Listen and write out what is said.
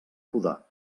podar